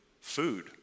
food